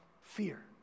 fear